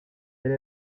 elle